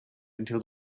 into